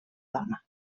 dona